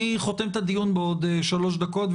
אני חותם את הדיון בעוד שלוש דקות,